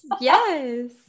Yes